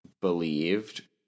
believed